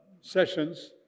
sessions